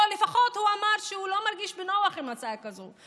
או לפחות הוא אמר שהוא לא מרגיש נוח עם הצעה כזאת.